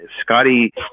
Scotty